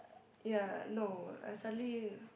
ya no I suddenly